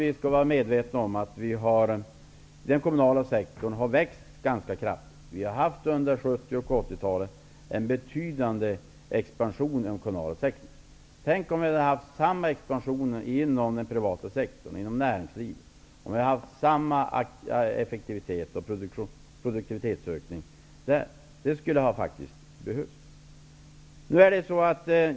Vi skall vara medvetna om att den kommunala sektorn har växt ganska kraftigt. Under 1970 och 1980-talet har det varit en betydande expansion inom den kommunala sektorn. Tänk om det hade varit en lika kraftig expansion inom den privata sektorn, inom näringslivet. Tänk om vi hade haft lika stor effektivitet och produktivitetsökning där. Det skulle faktiskt ha behövts.